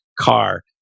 car